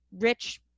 rich